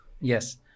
Yes